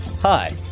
Hi